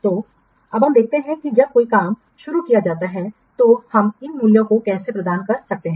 तो अब हम देखते हैं कि जब कोई काम शुरू किया जाता है तो हम इन मूल्यों को कैसे प्रदान कर सकते हैं